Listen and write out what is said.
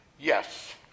Yes